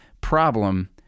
problem